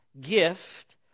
gift